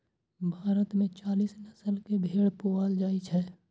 भारत मे चालीस नस्ल के भेड़ पाओल जाइ छै